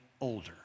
older